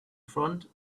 front